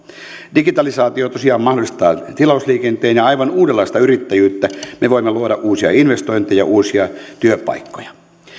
digitalisaatio tosiaan mahdollistaa tilausliikenteen ja aivan uudenlaista yrittäjyyttä me voimme luoda uusia investointeja ja uusia työpaikkoja